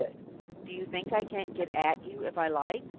do you think i can't get at you if i like?